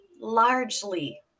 largely